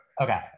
okay